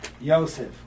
Yosef